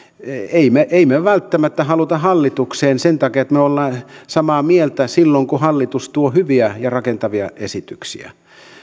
emme me välttämättä halua hallitukseen sen takia että me olemme samaa mieltä silloin kun hallitus tuo hyviä ja rakentavia esityksiä